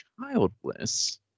childless